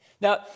Now